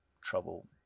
trouble